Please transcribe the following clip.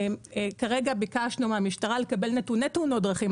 כרגע ביקשנו מהמשטרה לקבל נתוני תאונות דרכים.